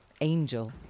angel